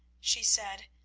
she said,